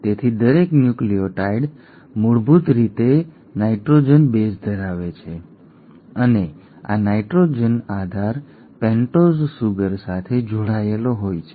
તેથી દરેક ન્યુક્લિઓટાઇડ મૂળભૂત રીતે નાઇટ્રોજનસ બેઝ ધરાવે છે અને આ નાઇટ્રોજન આધાર પેન્ટોઝ સુગર સાથે જોડાયેલો હોય છે